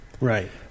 Right